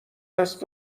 دست